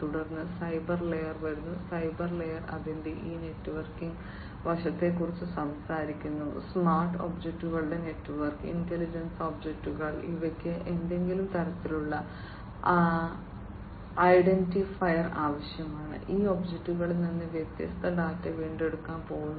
തുടർന്ന് cyber layer വരുന്നു cyber layer അതിന്റെ ഈ നെറ്റ്വർക്കിംഗ് വശത്തെക്കുറിച്ച് സംസാരിക്കുന്നു സ്മാർട്ട് ഒബ്ജക്റ്റുകളുടെ നെറ്റ്വർക്ക് ഇന്റലിജന്റ് ഒബ്ജക്റ്റുകൾ അവയ്ക്ക് ഏതെങ്കിലും തരത്തിലുള്ള ഐഡന്റിഫയർ ആവശ്യമാണ് ഈ ഒബ്ജക്റ്റുകളിൽ നിന്ന് വ്യത്യസ്ത ഡാറ്റ വീണ്ടെടുക്കാൻ പോകുന്നു